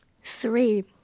Three